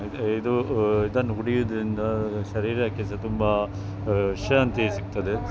ಇದು ಇದನ್ನು ಕುಡಿಯುವುದರಿಂದ ಶರೀರಕ್ಕೆ ಸಹ ತುಂಬ ವಿಶ್ರಾಂತಿ ಸಿಗ್ತದೆ